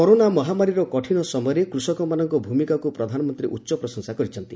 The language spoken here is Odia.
କରୋନା ମହାମାରୀର କଠିନ ସମୟରେ କୃଷକମାନଙ୍କ ଭୂମିକାକୁ ପ୍ରଧାନମନ୍ତ୍ରୀ ଉଚ୍ଚ ପ୍ରଶଂସା କରିଛନ୍ତି